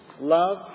Love